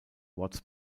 watts